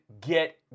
get